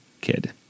kid